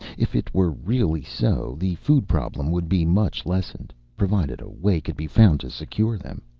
if it were really so, the food problem would be much lessened, provided a way could be found to secure them.